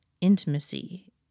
intimacy